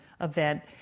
event